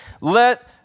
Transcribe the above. let